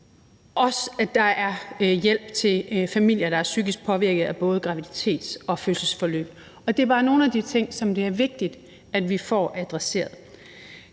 og at der også er hjælp til familier, der er psykisk påvirket af både graviditets- og fødselsforløb. Det er bare nogle af de ting, som det er vigtigt at vi får adresseret,